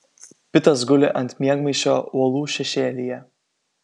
pitas guli ant miegmaišio uolų šešėlyje